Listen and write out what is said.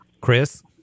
Chris